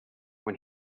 when